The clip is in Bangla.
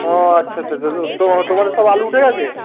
ও আচ্ছা আচ্ছা আচ্ছা তো তোমাদের সব আলু উঠে গেছে